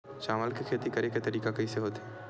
चावल के खेती करेके तरीका कइसे होथे?